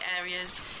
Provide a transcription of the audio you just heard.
areas